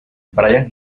brian